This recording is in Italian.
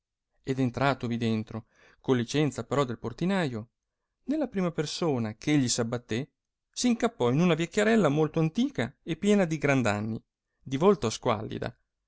ed entratovi dentro con licenza però del portinaio nella prima persona eh egli s abbattè s incappò in una vecchiarella molto antica e piena di grand'anni di volto squallida